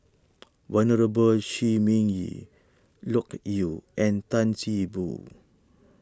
Venerable Shi Ming Yi Loke Yew and Tan See Boo